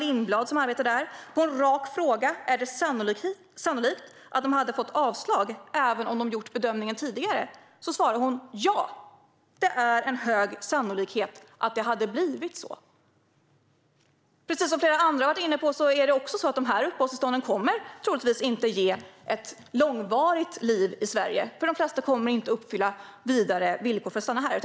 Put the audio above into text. På en rak fråga om det är sannolikt att de hade fått avslag även om bedömningen gjorts tidigare svarar Anna Lindblad, som arbetar där, så här: "Ja, det är nog en hög sannolikhet att det hade blivit så." Precis som flera andra har varit inne på är dessa uppehållstillstånd troligtvis inte att ge ett långvarigt liv i Sverige. De flesta kommer inte att uppfylla vidare villkor för att stanna här.